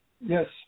Yes